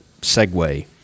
segue